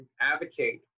advocate